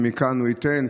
ומכאן הוא ייתן,